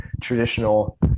traditional